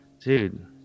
dude